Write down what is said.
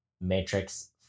Matrix